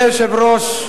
ארצי אחיד,